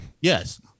Yes